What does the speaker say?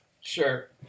Sure